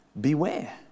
beware